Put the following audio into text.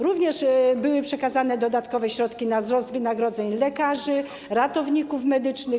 Również były przekazane dodatkowe środki na wzrost wynagrodzeń lekarzy, ratowników medycznych.